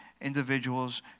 individuals